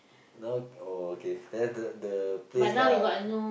now oh okay then the the place lah